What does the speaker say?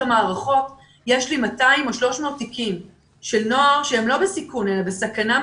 המערכות של נוער שהוא לא בסיכון אלא בסכנה ממשית,